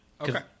Okay